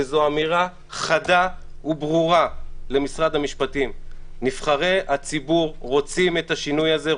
וזו אמירה חדה וברורה למשרד המשפטים: נבחרי הציבור רוצים את השינוי הזה,